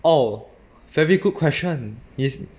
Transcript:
oh very good question is